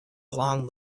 along